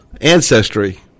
ancestry